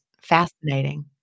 Fascinating